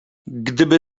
gdyby